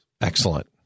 Excellent